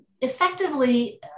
effectively